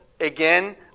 again